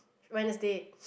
Wednesday